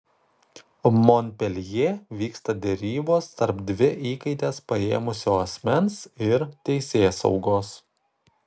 monpeljė vyksta derybos tarp dvi įkaites paėmusio asmens ir teisėsaugos